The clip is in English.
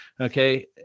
Okay